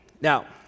Now